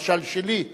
למשל, שלי: